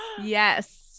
Yes